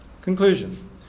Conclusion